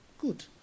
good